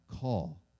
call